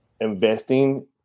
investing